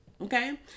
okay